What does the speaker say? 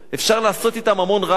אפשר לעשות אתן המון רעש,